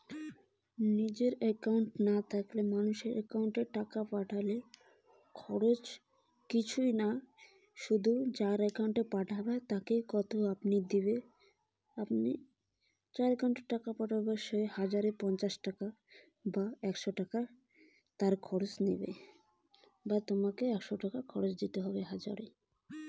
নিজের একাউন্ট না থাকিলে কাহকো টাকা পাঠাইতে মোর কতো খরচা হবে?